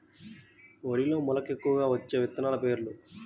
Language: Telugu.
వరిలో మెలక ఎక్కువగా వచ్చే విత్తనాలు పేర్లు?